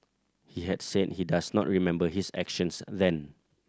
he had said he does not remember his actions then